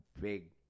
big